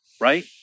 Right